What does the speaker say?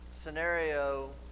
Scenario